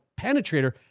penetrator